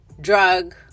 drug